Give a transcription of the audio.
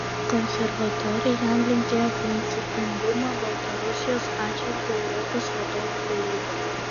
konservatoriai jam linkėjo principingumo baltarusijos atžvilgiu europos vadovų taryboje